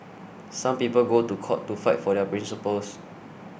some people go to court to fight for their principles